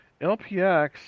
LPX